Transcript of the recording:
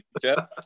Jeff